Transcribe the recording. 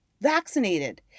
vaccinated